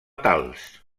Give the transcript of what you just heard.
tals